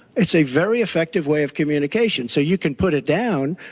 it's a very effective way of communication. so you can put it down,